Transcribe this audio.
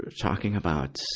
talking about,